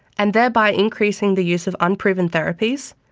and thereby increasing the use of unproven therapies?